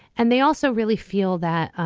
and they also really feel that